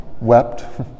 wept